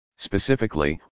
Specifically